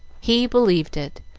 he believed it,